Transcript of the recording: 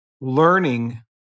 learning